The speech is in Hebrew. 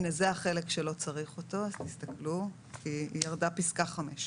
"(ה)בתקנה זו